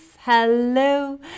Hello